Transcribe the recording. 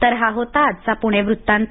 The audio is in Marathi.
तर हा होता आजचा पूणे वृत्तांत